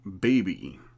Baby